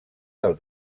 del